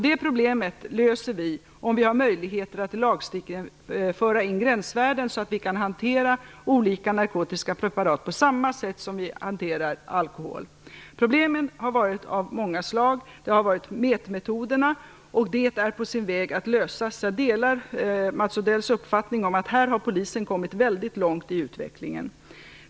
Det problemet löser vi om vi har möjligheter att i lagstiftningen föra in gränsvärden så att vi kan hantera olika narkotiska preparat på samma sätt som vi hanterar alkohol. Problemen har varit av många slag. Det har gällt mätmetoderna. Det problemet är på väg att lösas. Jag delar Mats Odells uppfattning om att Polisen här har kommit väldigt långt i utvecklingen.